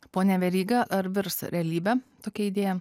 pone veryga ar virs realybe tokia idėja